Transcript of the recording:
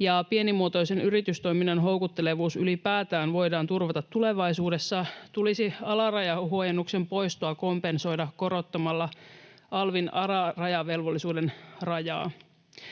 ja pienimuotoisen yritystoiminnan houkuttelevuus ylipäätään voidaan turvata tulevaisuudessa, tulisi alarajahuojennuksen poistoa kompensoida korottamalla alvin alarajavelvollisuuden rajaa.